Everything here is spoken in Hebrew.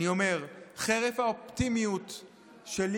אני אומר שחרף האופטימיות שלי,